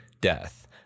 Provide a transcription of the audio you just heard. death